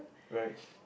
right